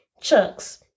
chucks